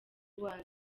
iwacu